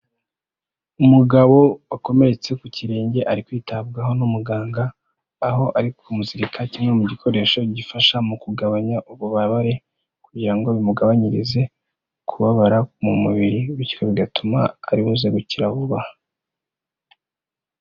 Umugabo wakomeretse ku kirenge ari kwitabwaho n'umuganga, aho ari kumuzirika kimwe mu gikoresho gifasha mu kugabanya ububabare kugira ngo bimugabanyirize kubabara mu mubiri, bityo bigatuma aribuze gukira vuba.